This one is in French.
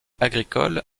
agricole